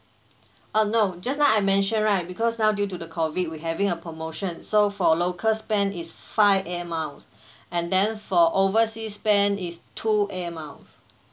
uh no just now I mentioned right because now due to the COVID we having a promotion so for local spend is five airmiles and then for oversea spend is two air mile